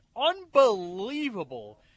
unbelievable